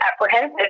apprehensive